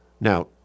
Now